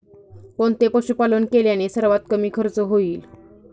कोणते पशुपालन केल्याने सर्वात कमी खर्च होईल?